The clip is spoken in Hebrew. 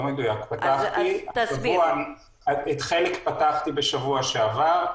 חלק פתחתי בשבוע שעבר.